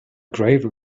gravel